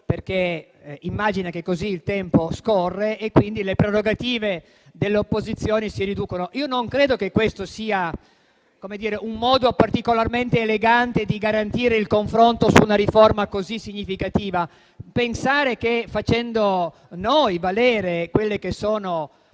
perché immagina che così il tempo scorre e quindi le prerogative delle opposizioni si riducono. Io non credo che questo sia un modo particolarmente elegante di garantire il confronto su una riforma così significativa: pensare che, facendo valere quelle che sono,